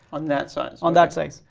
on that size. on that size.